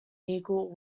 eagle